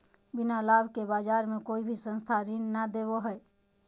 बिना लाभ के बाज़ार मे कोई भी संस्था ऋण नय देबो हय